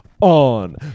on